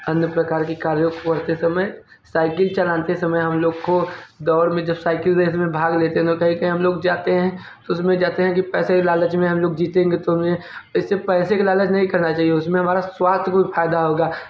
अन्य प्रकार के कार्य करते समय साइकिल चलाते समय हम लोग को दौड़ में जब साइकिल रेस में भाग लेते हैं तो हम लोग जाते हैं तो उसमें जाते है पैसे के लालच में हम लोग जीतेंगे तो हमें इससे पैसे के लालच नहीं करना चाहिए उसमे हमारा स्वास्थय को भी फ़ायदा होगा